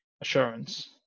assurance